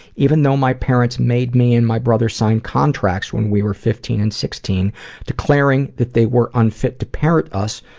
even though my parents made me and my brother sign contracts when we were fifteen and sixteen declaring that they were unfit to parent us,